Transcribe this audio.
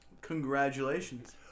Congratulations